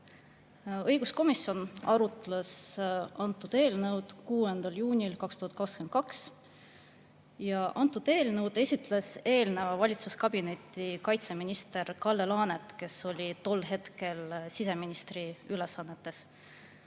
Õiguskomisjon arutas antud eelnõu 6. juunil 2022. Eelnõu esitles eelneva valitsuskabineti kaitseminister Kalle Laanet, kes oli tol hetkel siseministri ülesannetes.